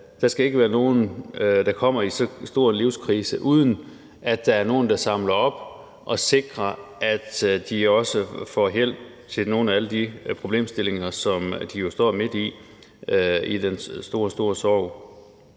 der skal ikke være nogen, der kommer i så stor en livskrise, uden at der er nogen, der samler op og sikrer, at familierne også får hjælp til nogle af alle de problemstillinger, som de jo står med midt i den store, store sorg.